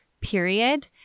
period